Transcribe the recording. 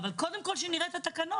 אבל קודם כל שנראה את התקנות.